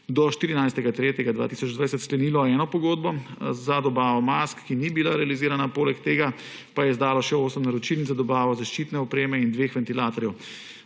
do 14. 3. 2020 sklenilo eno pogodbo za dobavo mask, ki ni bila realizirana. Poleg tega pa je izdalo še osem naročilnic za dobavo zaščitne opreme in dveh ventilatorjev.